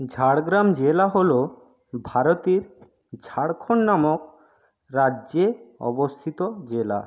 ঝাড়গ্রাম জেলা হল ভারতের ঝাড়খণ্ড নামক রাজ্যে অবস্থিত জেলা